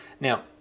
now